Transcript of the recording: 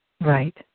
Right